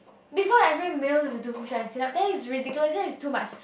before every meal you have to do push up and sit up that is ridiculous that is too much